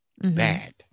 bad